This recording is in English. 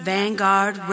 Vanguard